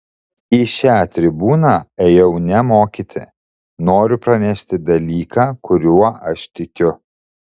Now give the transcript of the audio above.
į šią tribūną ėjau ne mokyti noriu pranešti dalyką kuriuo aš tikiu